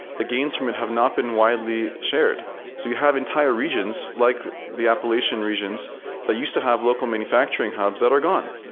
the gains from it have not been widely shared. so you have entire regions like the appalachian regions that used to have local manufacturing hubs that are gone.